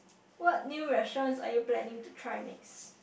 what new restaurant are you planning to try next